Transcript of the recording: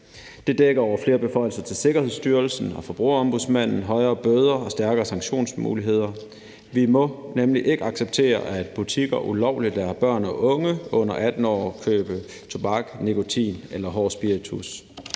Det dækker over flere beføjelser til Sikkerhedsstyrelsen og Forbrugerombudsmanden, højere bøder og stærkere sanktionsmuligheder. Vi må nemlig ikke acceptere, at butikker ulovligt lader børn og unge under 18 år købe tobak, nikotin eller hård spiritus.